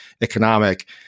economic